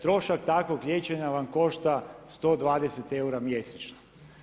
Trošak takvog liječenja vam košta 120 eura mjesečno.